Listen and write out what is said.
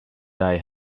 die